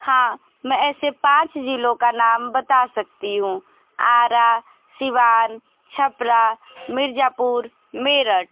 हाँ मैं ऐसे पाँच ज़िलों का नाम बता सकती हूँ आरा सिवान छपरा मिर्ज़ापुर मेरठ